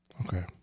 Okay